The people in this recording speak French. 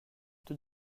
tout